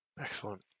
Excellent